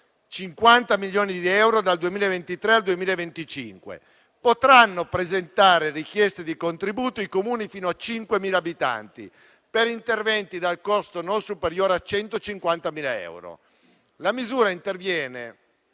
50 milioni di euro dal 2023 al 2025. Potranno presentare richieste di contributo i Comuni fino a 5.000 abitanti, per interventi dal costo non superiore a 150.000 euro. La misura interviene